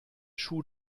schuh